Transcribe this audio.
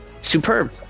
superb